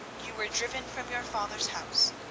you were driven from your father's house,